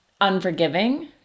unforgiving